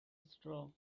straw